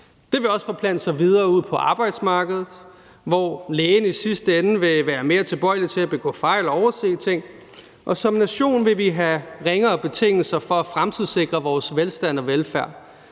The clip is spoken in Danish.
Det vil også forplante sig videre ud på arbejdsmarkedet, hvor lægen i sidste ende vil være mere tilbøjelig til at begå fejl og overse ting, og som nation vil vi have ringere betingelser for at fremtidssikre vores velstand og velfærd.